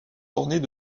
ornées